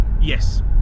Yes